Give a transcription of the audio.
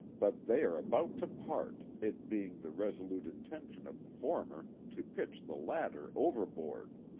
but they are about to part, it being the resolute intention of the former to pitch the latter overboard.